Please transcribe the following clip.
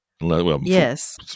Yes